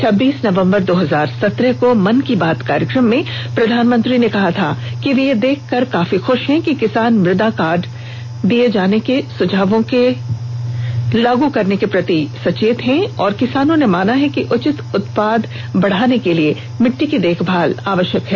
छब्बीस नवंबर दो हजार सत्रह को मन की बात कार्यक्रम पर प्रधानमंत्री ने कहा था कि वे यह देखकर बहत खुश हैं कि किसान मुदा स्वास्थ्य कार्ड में दिए गए सुझावों को लागू करने के प्रति सचेत हैं और किसानों ने माना है कि उचित उत्पादन बढ़ाने के लिए मिट्टी की देखभाल करना आवश्यक है